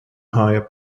higher